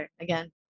again